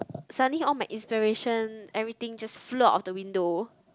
suddenly all my inspiration everything just flew out of the window